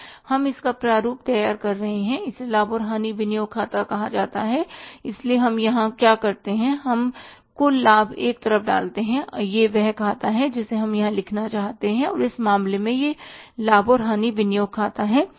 हम इसका प्रारूप तैयार कर रहे हैं इसे लाभ और हानि विनियोग खाता कहा जाता है इसलिए हम यहां क्या करते हैं हम कुल लाभ एक तरफ डालते हैं यह वह खाता है जिसे हम यहां लिखना चाहते हैं और इस मामले में यह लाभ और हानि विनियोग लेखा है